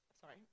Sorry